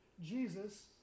Jesus